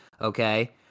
Okay